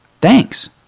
thanks